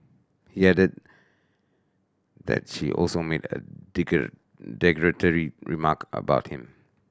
he added that she also made a derogatory remark about him